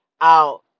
out